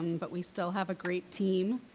but we still have a great team.